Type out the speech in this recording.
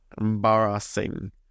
embarrassing